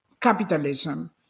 capitalism